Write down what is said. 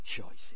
choices